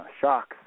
shocks